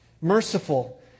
merciful